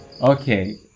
okay